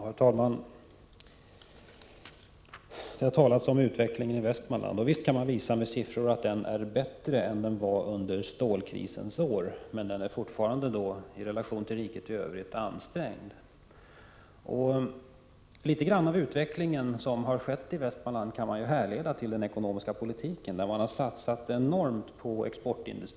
Herr talman! Det har talats om utvecklingen i Västmanland. Visst kan man visa med siffror att den är bättre än den var under stålkrisens år. Men den är fortfarande, i relation till riket i övrigt, ansträngd. Något av den utveckling som har skett i Västmanland kan härledas till den ekonomiska politiken, där man har gjort enorma satsningar på exportindustrin.